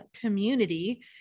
community